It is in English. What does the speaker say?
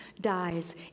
dies